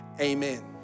Amen